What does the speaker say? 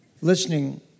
listening